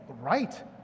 right